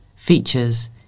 features